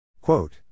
Quote